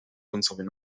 końcowej